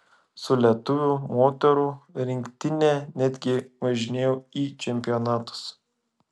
su lietuvių moterų rinktine netgi važinėjau į čempionatus